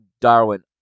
Darwin